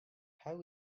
how